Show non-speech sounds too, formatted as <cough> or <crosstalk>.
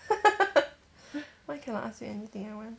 <laughs> why cannot ask you anything I want